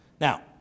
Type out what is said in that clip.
Now